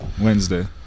Wednesday